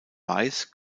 weiß